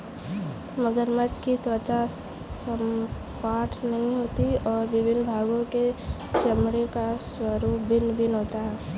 मगरमच्छ की त्वचा सपाट नहीं होती और विभिन्न भागों के चमड़े का स्वरूप भिन्न भिन्न होता है